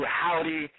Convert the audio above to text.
howdy